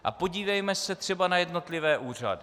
A podívejme se třeba na jednotlivé úřady.